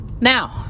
Now